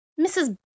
Mrs